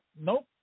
nope